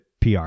pr